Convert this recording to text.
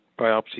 biopsy